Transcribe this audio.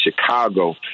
Chicago